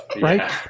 Right